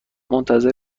منتظر